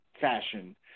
fashion